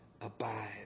abide